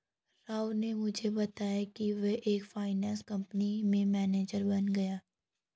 राव ने मुझे बताया कि वो एक फाइनेंस कंपनी में मैनेजर बन गया है